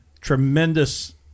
tremendous